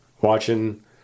watching